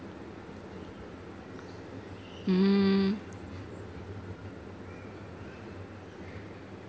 mm